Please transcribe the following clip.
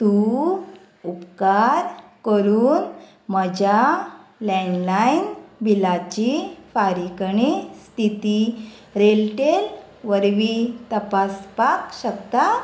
तूं उपकार करून म्हज्या लँडलायन बिलाची फारीकणी स्थिती रेलटेल वरवीं तपासपाक शकता